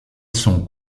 sont